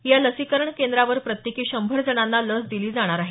या लसीकरण केंद्रांवर प्रत्येकी शंभर जणांना लस दिली जाणार आहे